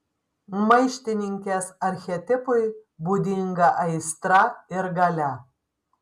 maištininkės archetipui būdinga aistra ir galia